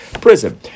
prison